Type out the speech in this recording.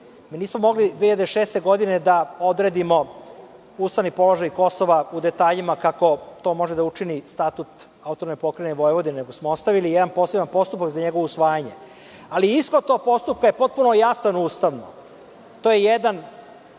Mi smo mogli 2006. godine da odredimo ustavni položaj Kosova u detaljima kako to može da učini Statut AP Vojvodine, nego smo ostavili jedan poseban postupak za njegovo usvajanje. Ali, ishod tog postupka je potpuno jasan ustavno. To je jedan